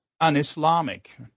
un-Islamic